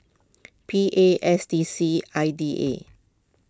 P A S D C I D A